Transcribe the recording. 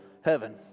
heaven